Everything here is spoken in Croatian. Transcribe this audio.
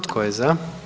Tko je za?